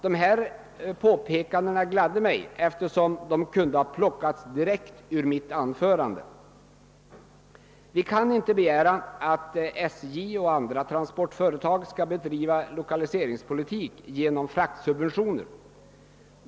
Dessa påpekanden gladde mig eftersom de kunde ha plockats ur mitt anförande. Vi kan inte begära att SJ och andra transportföretag skall bedriva lokaliseringspolitik genom fraktsubventioner.